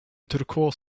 turkos